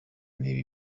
niba